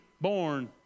born